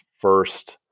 first